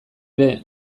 ere